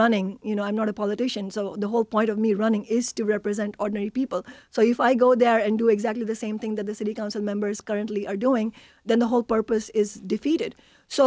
running you know i'm not a politician so the whole point of me running is to represent ordinary people so if i go there and do exactly the same thing that the city council members currently are doing then the whole purpose is defeated so